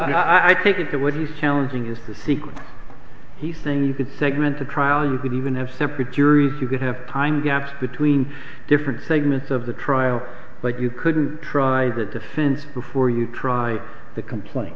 are i take it that what he's challenging is the sequence he's saying you could segment the trial you could even have separate juries you could have time gaps between different segments of the trial like you couldn't try the defense before you try the complaint